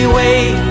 wait